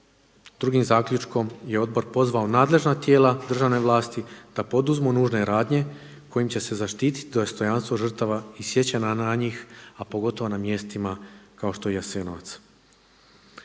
drugim zaključkom je odbor pozvao nadležna tijela državne vlasti da poduzmu nužne radnje kojim će se zaštiti dostojanstvo žrtava i sjećanja na njih a pogotovo na mjestima kao što je Jasenovac.